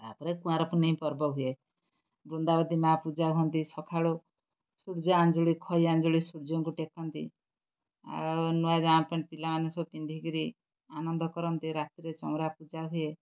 ତାପରେ କୁଆଁରପୁନେଇ ପର୍ବ ହୁଏ ବୃନ୍ଦାବଦୀ ମା' ପୂଜା ହୁଅନ୍ତି ସଖାଳୁ ସୂର୍ଯ୍ୟ ଆଞ୍ଜୁଳି ଖଇ ଆଞ୍ଜୁଳି ସୂର୍ଯ୍ୟଙ୍କୁ ଟେକନ୍ତି ଆଉ ନୂଆ ଜାମା ଫାମା ପିଲାମାନେ ସବୁ ପିନ୍ଧିକରି ଆନନ୍ଦ କରନ୍ତି ରାତିରେ ଚମରା ପୂଜା ହୁଏ